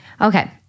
Okay